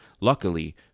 Luckily